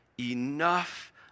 enough